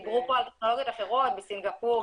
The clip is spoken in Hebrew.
דיברו פה על טכנולוגיות אחרות בסינגפור,